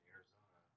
Arizona